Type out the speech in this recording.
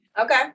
Okay